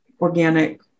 organic